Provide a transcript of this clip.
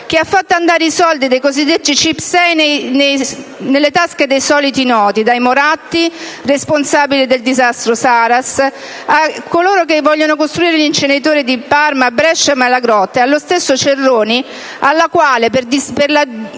che ha fatto andare i soldi dei cosiddetti incentivi CIP6 nelle tasche dei soliti noti: dai Moratti, responsabili del disastro Saras, a coloro che vogliono costruire gli inceneritori di Parma, di Brescia e di Malagrotta, fino allo stesso Cerroni, al quale, grazie